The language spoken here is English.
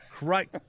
Right